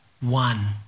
one